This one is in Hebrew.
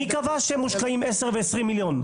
מי קבע שהם השקיעו 10 ו-20 מיליון?